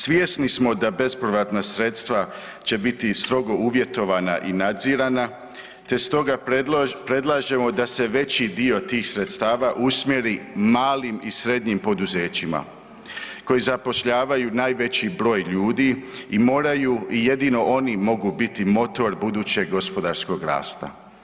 Svjesni smo da bespovratna sredstva će biti strogo uvjetovana i nadzirana, te stoga predlažemo da se veći dio tih sredstava usmjeri malim i srednjim poduzećima koji zapošljavaju najveći broj ljudi i moraju i jedino oni mogu biti motor budućeg gospodarskog rasta.